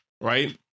Right